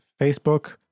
Facebook